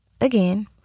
again